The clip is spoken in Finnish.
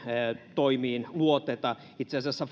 toimiin luoteta itse asiassa